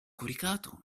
coricato